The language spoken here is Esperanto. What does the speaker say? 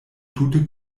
tute